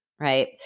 right